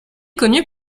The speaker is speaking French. connu